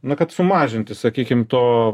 na kad sumažinti sakykim to